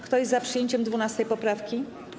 Kto jest za przyjęciem 12. poprawki?